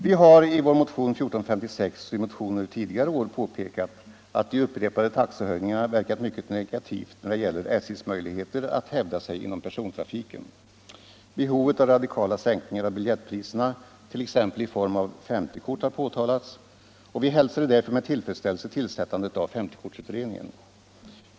Vi har i vår motion 1456 och i motioner tidigare år påpekat att de upprepade taxehöjningarna verkat mycket negativt när det gäller SJ:s möjligheter att hävda sig inom persontrafiken. Behovet av radikala sänkningar av biljettpriserna, t.ex. i form av 50-kort, har framhållits. Vi hälsade därför med tillfredsställelse tillsättandet av 50-kortsutredningen.